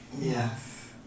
yes